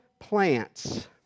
plants